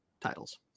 titles